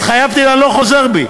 התחייבתי, אני לא חוזר בי,